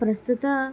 ప్రస్తుత